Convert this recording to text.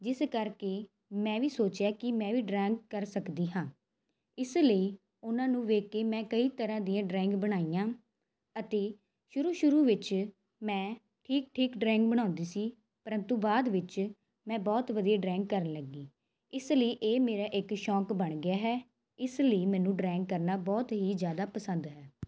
ਜਿਸ ਕਰਕੇ ਮੈਂ ਵੀ ਸੋਚਿਆ ਕਿ ਮੈਂ ਵੀ ਡਰਾਇੰਗ ਕਰ ਸਕਦੀ ਹਾਂ ਇਸ ਲਈ ਉਨ੍ਹਾਂ ਨੂੰ ਵੇਖ ਕੇ ਮੈਂ ਕਈ ਤਰ੍ਹਾਂ ਦੀਆਂ ਡਰਾਇੰਗ ਬਣਾਈਆਂ ਅਤੇ ਸ਼ੁਰੂ ਸ਼ੁਰੂ ਵਿੱਚ ਮੈਂ ਠੀਕ ਠੀਕ ਡਰਾਇੰਗ ਬਣਾਉਂਦੀ ਸੀ ਪ੍ਰੰਤੂ ਬਾਅਦ ਵਿੱਚ ਮੈਂ ਬਹੁਤ ਵਧੀਆ ਡਰਾਇੰਗ ਕਰਨ ਲੱਗ ਗਈ ਇਸ ਲਈ ਇਹ ਮੇਰਾ ਇੱਕ ਸ਼ੌਕ ਬਣ ਗਿਆ ਹੈ ਇਸ ਲਈ ਮੈਨੂੰ ਡਰਾਇੰਗ ਕਰਨਾ ਬਹੁਤ ਹੀ ਜ਼ਿਆਦਾ ਪਸੰਦ ਹੈ